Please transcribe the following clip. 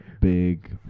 Big